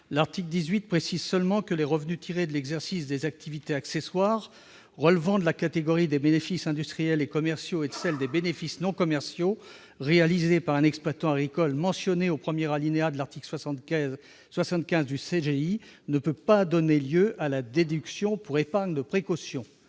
L'article 18 précise seulement que les revenus tirés de l'exercice des activités accessoires relevant de la catégorie des bénéfices industriels et commerciaux et de celle des bénéfices non commerciaux réalisés par un exploitant agricole mentionnées au premier alinéa de l'article 75 du CGI ne peuvent pas donner lieu à la déduction pour épargne de précaution.